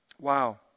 Wow